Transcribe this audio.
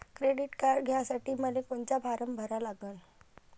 Credit card घ्यासाठी मले कोनचा फारम भरा लागन?